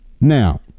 Now